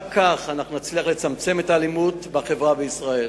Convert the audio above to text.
רק כך נצליח לצמצם את האלימות בחברה בישראל.